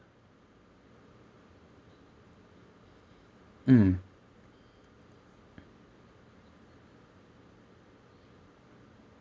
mm